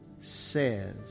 says